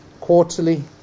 quarterly